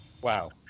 Wow